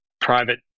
private